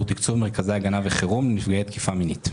תקצוב מרכזי הגנה וחירום לנפגעי תקיפה מינית.